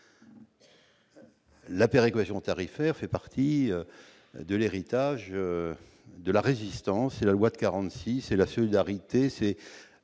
la péréquation tarifaire fait partie de l'héritage de la Résistance et traduit une volonté de solidarité.